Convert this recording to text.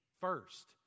first